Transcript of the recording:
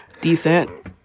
decent